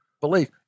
belief